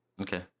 okay